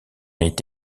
est